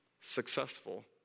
successful